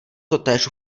totéž